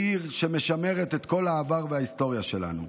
שהיא עיר שמשמרת את כל העבר וההיסטוריה שלנו.